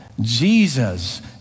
Jesus